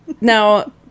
now